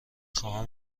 خواهم